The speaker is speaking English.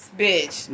bitch